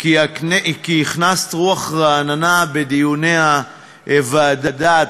כי הכנסת רוח רעננה בדיוני הוועדה.